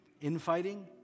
infighting